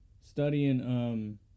studying